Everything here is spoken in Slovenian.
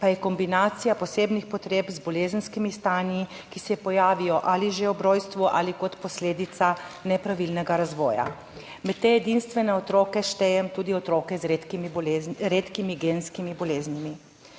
pa je kombinacija posebnih potreb z bolezenskimi stanji, ki se pojavijo že ob rojstvu ali kot posledica nepravilnega razvoja. Med te edinstvene otroke štejem tudi otroke z redkimi genskimi boleznimi.